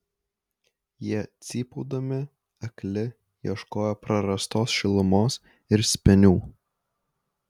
jie cypaudami akli ieškojo prarastos šilumos ir spenių